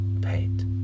paint